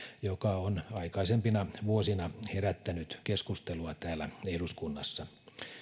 joka on aikaisempina vuosina herättänyt keskustelua täällä eduskunnassa